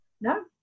No